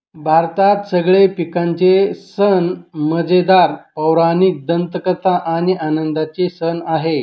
भारतात सगळे पिकांचे सण मजेदार, पौराणिक दंतकथा आणि आनंदाचे सण आहे